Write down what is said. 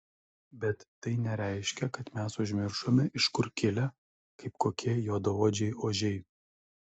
bet tai nereiškia kad mes užmiršome iš kur kilę kaip kokie juodaodžiai ožiai